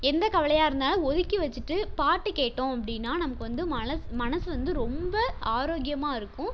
எந்தக் கவலையாக இருந்தாலும் ஒதுக்கி வெச்சுட்டு பாட்டு கேட்டோம் அப்படின்னா நமக்கு வந்து மனசு மனசு வந்து ரொம்ப ஆரோக்கியமாக இருக்கும்